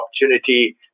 opportunity